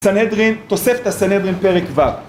סנדרין, תוסף את הסנדרין פרק ו